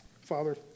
Father